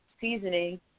seasoning